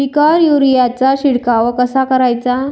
पिकावर युरीया चा शिडकाव कसा कराचा?